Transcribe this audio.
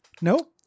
Nope